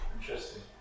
Interesting